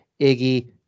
Iggy